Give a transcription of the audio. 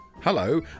hello